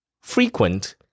frequent